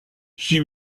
she